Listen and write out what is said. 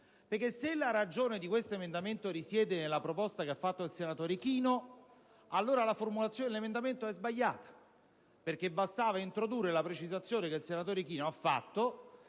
Perché, se la ragione di questi emendamenti risiede nella proposta che ha avanzato il senatore Ichino, allora la loro formulazione è sbagliata. Sarebbe bastato introdurre la precisazione che il senatore Ichino ha fatto;